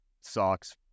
socks